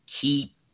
keep